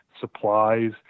supplies